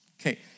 Okay